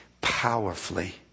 Powerfully